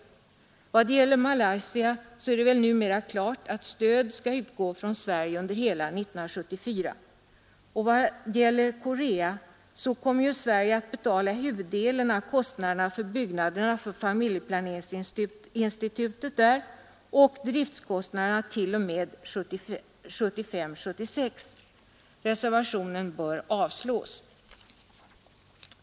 När det gäller Malaysia är det numera klart att stöd skall utgå från Sverige under hela 1974, och i vad gäller Korea kommer Sverige att betala huvuddelen av kostnaderna för byggnaderna för familjeplaneringsinstitutet där och driftkostnaderna t.o.m. budgetåret 1975/76. Reservationen bör avslås.